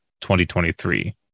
2023